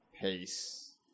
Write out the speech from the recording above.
pace